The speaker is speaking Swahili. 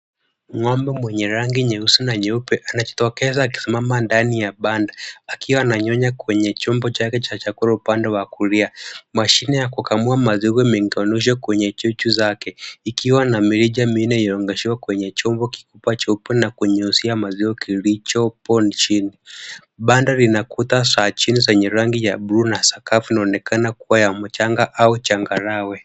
Ng'ombe mwenye rangi nyeusi na nyeupe anajitokeza akisimama ndani ya banda akiwa ananyonya kwenye chombo chake cha chakula upande wa kulia. Mashine ya kukamua maziwa imeunganishwa kwenye chuchu zake ikiwa na mirija minne imeunganishwa kwenye chombo kikubwa cheupe chenye kukunyuzia maziwa kilicho upande wa chini. Banda lina kuta za chini zenye rangi ya bluu na sakafu inaonekana kuwa ya mchanga au changarawe.